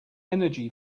energy